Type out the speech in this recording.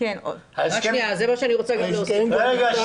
על זה אני רוצה להוסיף.